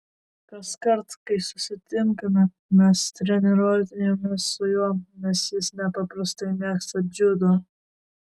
kaskart kai susitinkame mes treniruojamės su juo nes jis nepaprastai mėgsta dziudo